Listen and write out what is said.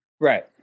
Right